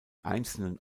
einzelnen